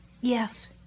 Yes